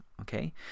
Okay